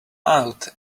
out